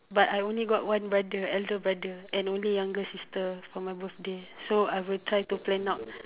but I only got one brother elder brother and only younger sister for my birthday so I will try to plan out